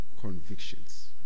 convictions